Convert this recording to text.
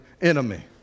enemy